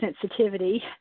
sensitivity